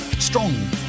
Strong